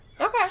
Okay